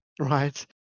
right